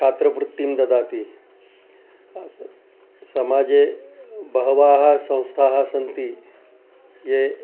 छात्रवृत्तिं ददाति समाजे बहवः संस्थाः सन्ति ये